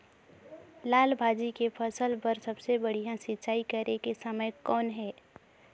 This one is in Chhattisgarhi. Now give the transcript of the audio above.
लाल भाजी के फसल बर सबले बढ़िया सिंचाई करे के समय कौन हे?